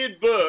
book